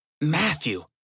Matthew